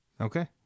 Okay